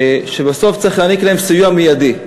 שבסוף צריך להעניק להן סיוע מיידי.